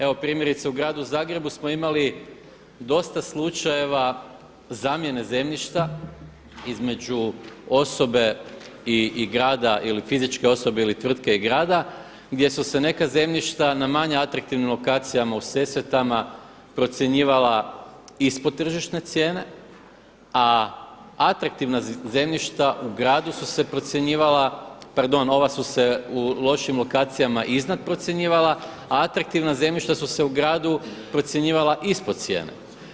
Evo primjerice u gradu Zagrebu smo imali dosta slučajeva zamjene zemljišta između osobe i grada ili fizičke osobe ili tvrtke i grada, gdje su se neka zemljišta na manje atraktivnim lokacijama u Sesvetama procjenjivala ispod tržišne cijene, a atraktivna zemljišta u gradu se procjenjivala, pardon ova su se u lošim lokacijama iznad procjenjivala, a atraktivna zemljišta su se u gradu procjenjivala ispod cijene.